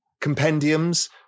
compendiums